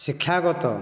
ଶିକ୍ଷାଗତ